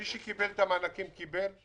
מי שקיבל את המענקים קיבל.